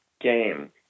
game